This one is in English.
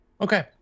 Okay